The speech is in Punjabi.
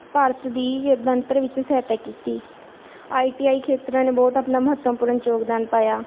ਭਾਰਤ ਦੀ ਇਹ ਬਣਤਰ ਵਿੱਚ ਸਹਾਇਤਾ ਕੀਤੀ ਆਈ ਟੀ ਆਈ ਖੇਤਰਾਂ ਨੇ ਬਹੁਤ ਆਪਣਾ ਮਹੱਤਵਪੂਰਨ ਯੋਗਦਾਨ ਪਾਇਆ